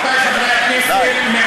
מזה ימים מספר התפנה ראש הממשלה בנימין נתניהו